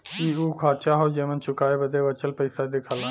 इ उ खांचा हौ जेमन चुकाए बदे बचल पइसा दिखला